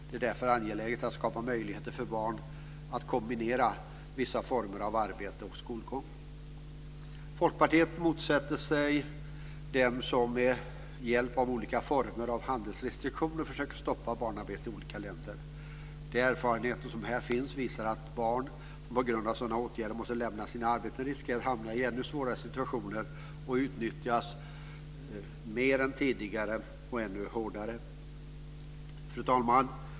Det är därför angeläget att skapa möjligheter för barn att kombinera vissa former av arbete och skolgång. Folkpartiet motsätter sig att man med hjälp av olika former av handelsrestriktioner försöker stoppa barnarbete i olika länder. De erfarenheter som där finns visar att barn, som på grund av sådana åtgärder måste lämna sina arbeten, riskerar att hamna i ännu svårare situationer och att utnyttjas mer än tidigare och ännu hårdare. Fru talman!